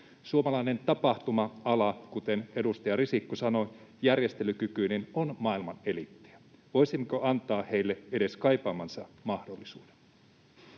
Suomalainen tapahtuma-ala — kuten edustaja Risikko sanoi, ”järjestelykykyinen” — on maailman eliittiä. Voisimmeko antaa heille edes kaipaamansa mahdollisuuden?